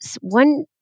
one